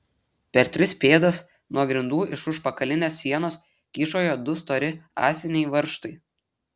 per tris pėdas nuo grindų iš užpakalinės sienos kyšojo du stori ąsiniai varžtai